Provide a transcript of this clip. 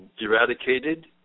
eradicated